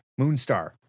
Moonstar